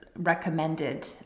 recommended